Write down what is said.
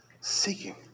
seeking